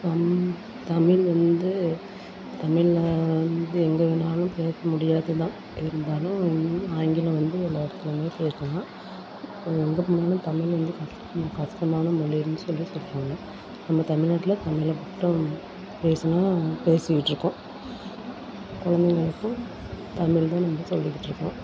தம் தமிழ் வந்து தமிழை வந்து எங்கே வேணுனாலும் பேச முடியாது தான் இருந்தாலும் ஆங்கிலம் வந்து எல்லா இடத்துலேயுமே பேசலாம் எங்கே போனாலும் தமிழ் வந்து கஸ் கஷ்டமான மொழின்னு சொல்லி சொல்கிறாங்க நம்ம தமிழ்நாட்டில் தமிழை மட்டும் பேசினா பேசிட்ருக்கோம் கொழந்தைகளுக்கும் தமிழ் தான் நம்ம சொல்லிக்கிட்டுருக்கோம்